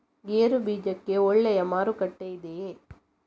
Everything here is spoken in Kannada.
ಗೇರು ಬೀಜಕ್ಕೆ ಒಳ್ಳೆಯ ಮಾರುಕಟ್ಟೆ ಇದೆಯೇ?